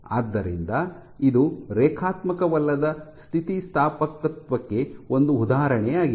ಆದ್ದರಿಂದ ಇದು ರೇಖಾತ್ಮಕವಲ್ಲದ ಸ್ಥಿತಿಸ್ಥಾಪಕತ್ವಕ್ಕೆ ಒಂದು ಉದಾಹರಣೆಯಾಗಿದೆ